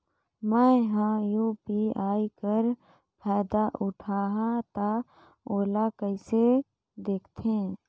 मैं ह यू.पी.आई कर फायदा उठाहा ता ओला कइसे दखथे?